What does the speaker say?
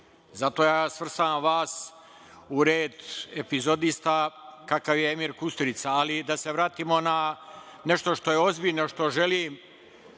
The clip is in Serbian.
Zato ja svrstavam vas u red epizodista kakav je Emir Kusturica. Da se vratimo na nešto što je ozbiljno, što želim